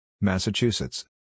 Massachusetts